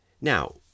Now